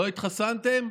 לא התחסנתם,